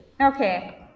Okay